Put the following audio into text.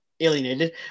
alienated